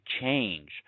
change